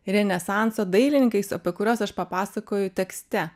renesanso dailininkais apie kuriuos aš papasakoju tekste